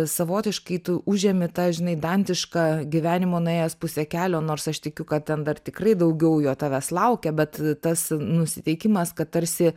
savotiškai tu užimi tą žinai dantišką gyvenimo nuėjęs pusę kelio nors aš tikiu kad ten dar tikrai daugiau jo tavęs laukia bet tas nusiteikimas kad tarsi